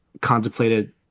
contemplated